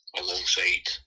alongside